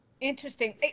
Interesting